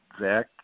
Zach